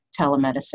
telemedicine